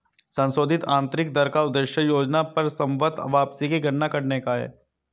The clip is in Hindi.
संशोधित आंतरिक दर का उद्देश्य योजना पर संभवत वापसी की गणना करने का है